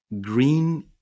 green